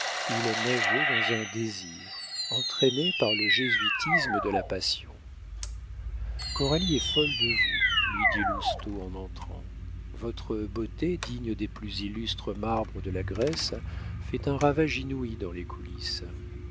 il nageait dans un désir entraîné par le jésuitisme de la passion coralie est folle de vous lui dit lousteau en entrant votre beauté digne des plus illustres marbres de la grèce fait un ravage inouï dans les coulisses